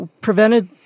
prevented